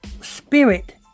Spirit